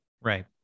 Right